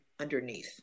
underneath